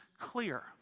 clear